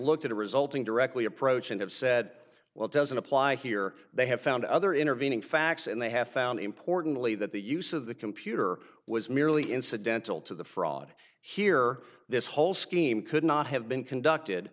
looked at a resulting directly approach and have said well it doesn't apply here they have found other intervening facts and they have found importantly that the use of the computer was merely incidental to the fraud here this whole scheme could not have been conducted